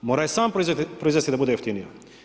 Mora je sam proizvesti da bude jeftinija.